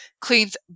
cleans